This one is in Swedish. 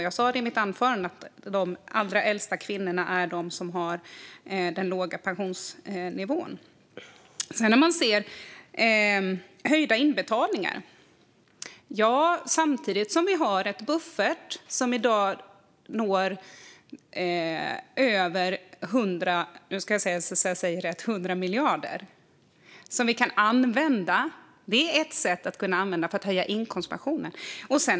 Jag sa det i mitt anförande; de allra äldsta kvinnorna är de som har den låga pensionsnivån. Om man ser till höjda inbetalningar har vi i dag samtidigt en buffert som når över 100 miljarder som vi kan använda. Det är ett sätt att kunna använda detta för att höja inkomstpensionen.